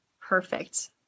Perfect